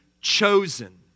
chosen